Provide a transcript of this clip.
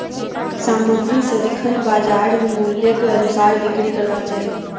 सामग्री सदिखन बजार मूल्यक अनुसार बिक्री करबाक चाही